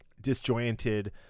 disjointed